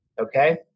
Okay